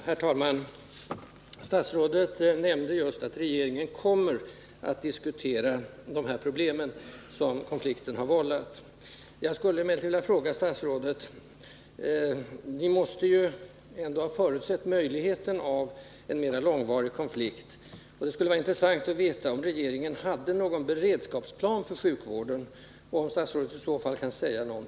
Herr talman! Statsrådet nämnde att regeringen kommer att diskutera de problem som konflikten har vållat. I anslutning därtill skulle jag vilja ställa ytterligare en fråga till statsrådet. Regeringen måste ändå ha förutsett möjligheten av en mera långvarig konflikt. Det vore därför intressant att få veta om regeringen hade någon beredskapsplan för sjukvården.